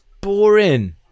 boring